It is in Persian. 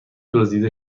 دزدیده